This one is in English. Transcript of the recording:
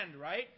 right